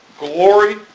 Glory